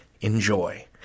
enjoy